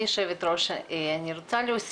נציגי איחוד הצלה, איתנו פה.